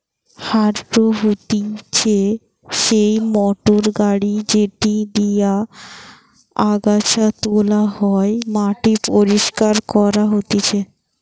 harrow হতিছে সেই motor গাড়ি যেটি দিয়া আগাছা তোলা হয়, মাটি পরিষ্কার করা হতিছে ইত্যাদি